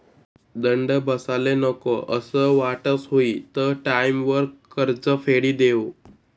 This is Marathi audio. दंड बसाले नको असं वाटस हुयी त टाईमवर कर्ज फेडी देवो